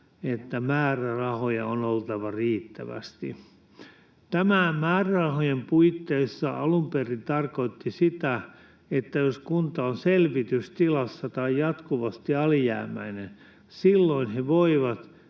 että määrärahoja on oltava riittävästi. Tämä ”määrärahojen puitteissa” alun perin tarkoitti sitä, että jos kunta on selvitystilassa tai jatkuvasti alijäämäinen, niin silloin he voivat